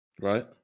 Right